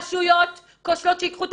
אני לא רוצה כל מיני רשויות כושלות שייקחו את